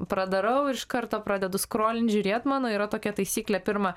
pradarau ir iš karto pradedu skrolint žiūrėt mano yra tokia taisyklė pirma